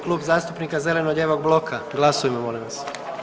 Klub zastupnika zeleno-lijevog bloka, glasujmo molim vas.